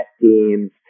teams